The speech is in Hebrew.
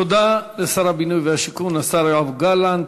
תודה לשר הבינוי והשיכון, השר יואב גלנט.